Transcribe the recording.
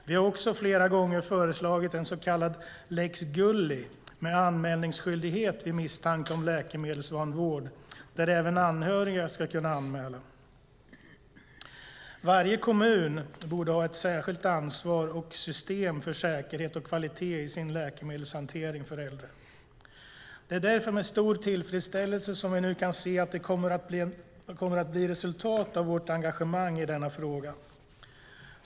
Vi har också flera gånger föreslagit en så kallad lex Gulli med anmälningsskyldighet vid misstanke om läkemedelsvanvård där även anhöriga ska kunna anmäla. Varje kommun borde ha ett särskilt ansvar och ett särskilt system för säkerhet och kvalitet i sin läkemedelshantering för äldre. Det är därför med stor tillfredställelse som vi nu kan se att det kommer att bli resultat av vårt engagemang i denna fråga.